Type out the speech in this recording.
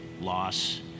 loss